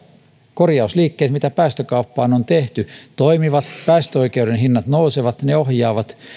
korjausliikkeet joita päästökauppaan on tehty toimivat päästöoikeuden hinnat nousevat ne ohjaavat